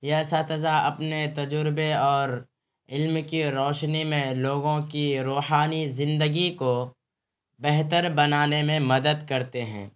یہ اساتذہ اپنے تجربے اور علم کی روشنی میں لوگوں کی روحانی زندگی کو بہتر بنانے میں مدد کرتے ہیں